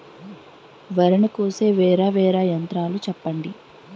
వరి ని కోసే వేరా వేరా యంత్రాలు చెప్పండి?